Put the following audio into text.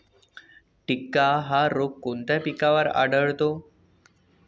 टिक्का हा रोग कोणत्या पिकावर आढळतो?